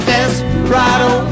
Desperado